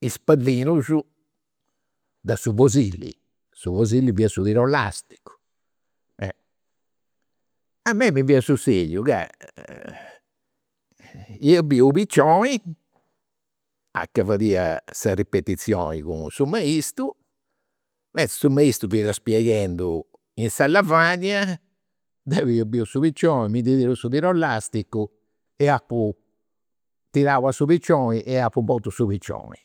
Is pallinus de su fosili, su fosili fiat su tiru elasticu. A mei mi fiat sussediu ca ia biu u' picioni, a ca fadia sa ripetizioni cun su, mentris su maistu fiat spieghendu in sa lavagna, deu ia biu su picioni, mi ndi tiru su tiru elasticu e apu tirau a su picioni e apu mortu su picioni.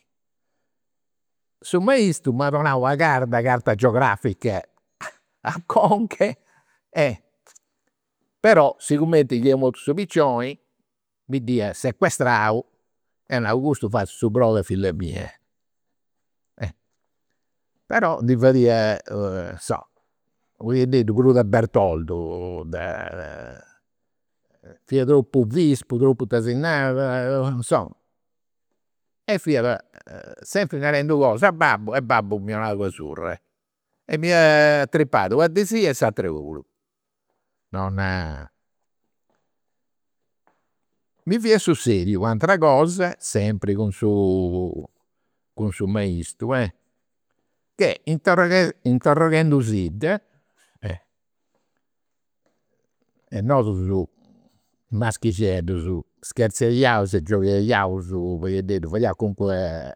Su maistu m'at donau una carda de carta geografica a conca e però, sigumenti ia mortu su picioni, mi dd'iat sequestrau e a nau, custu fatzu su brodu a filla mia. Però ndi fadia insoma u' paghededdu prus de bertoldo de. Fia tropu vispu, tropu tesinarada, insoma. E fia sempri narendi cosa a babbu e babbu mi 'onat una surra. E mi atripat una dì sì e s'atera puru, non. Mi fia sussediu u'atera cosa, sempri cun su cun su maistu, eh. Che interroghe interroghendusidda e nosu maschixeddus e gioghiaus u' paghededdu, fadiaus calincuna